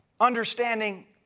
understanding